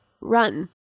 run